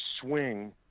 swing